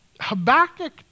Habakkuk